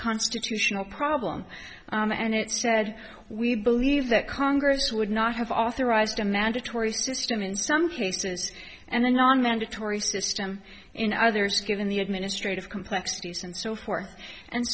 constitutional problem and it said we believe that congress would not have authorized a mandatory system in some cases and a non mandatory system in others given the administrative complexities and so forth and